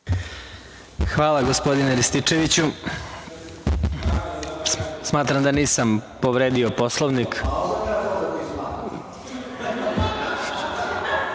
Hvala, gospodine Rističeviću. Smatram da nisam povredio Poslovnik.(Marijan